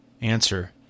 Answer